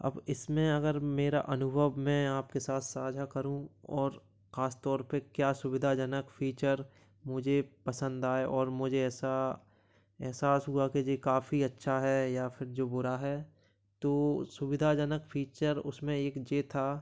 अब इसमें अगर मेरा अनुभव मैं आपके साथ साझा करूँ और खास तौर पर क्या सुविधाजनक फीचर मुझे पसंद आए और मुझे ऐसा एहसास हुआ कि ये काफी अच्छा है या फिर जो बुरा है तो सुविधाजनक फीचर उसमें एक ये था